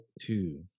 two